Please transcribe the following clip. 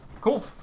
Cool